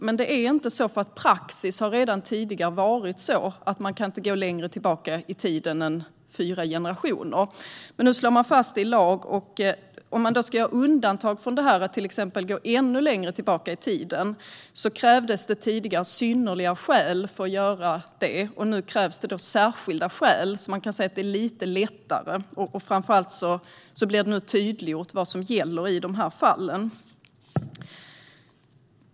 Men det är inte så, eftersom praxis redan tidigare har varit att man inte kan gå längre tillbaka i tiden än fyra generationer. Men nu slås det fast i lag. Om man skulle göra undantag från detta och till exempel gå ännu längre tillbaka i tiden krävdes det tidigare synnerliga skäl för att göra det. Nu krävs det särskilda skäl. Man kan säga att det är lite lättare. Framför allt blir det nu tydliggjort vad som gäller i dessa fall.